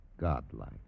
Godlike